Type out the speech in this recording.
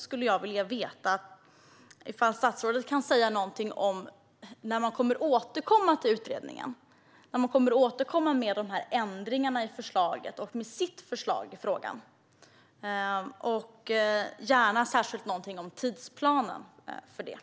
Kan statsrådet säga något om när regeringen återkommer om utredningen? När återkommer man med ändringarna av förslaget och med sitt förslag i frågan? Jag vill gärna höra något om tidsplanen för detta.